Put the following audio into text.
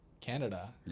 Canada